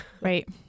Right